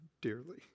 dearly